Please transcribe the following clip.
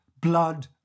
blood